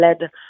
led